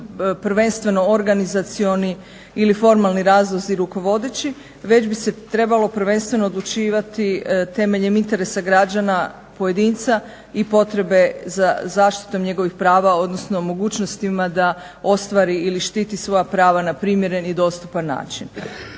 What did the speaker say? prvenstveno organizacioni ili formalni razlozi rukovodeći, već bi se trebalo prvenstveno odlučivati temeljem interesa građana pojedinca i potrebe za zaštitom njegovih prava, odnosno mogućostima da ostvari ili štiti svoja prava na primjeren i dostupan način.